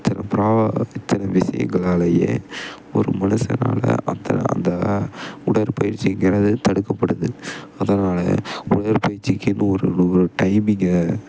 இத்தனை ப்ரொவ இத்தனை விஷயங்கள்லாலயே ஒரு மனுஷனாலே அத்தனை அந்த உடற்பயிற்சிங்கிறது தடுக்கப்படுது அதனாலே உடற்பயிச்சிக்குன்னு ஒரு ஒரு டைமிங்கை